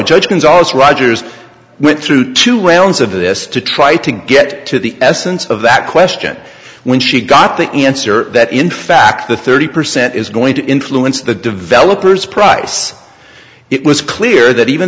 judge gonzales rogers went through two rounds of this to try to get to the essence of that question when she got the answer that in fact the thirty percent is going to influence the developers price it was clear that even